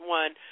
one